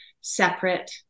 separate